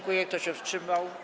Kto się wstrzymał?